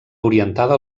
orientada